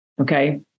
Okay